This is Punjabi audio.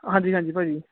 ਹਾਂਜੀ ਹਾਂਜੀ ਭਾਅ ਜੀ